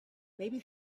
maybe